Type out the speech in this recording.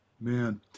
Man